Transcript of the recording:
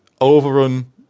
overrun